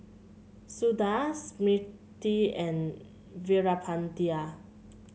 Suda Smriti and Veerapandiya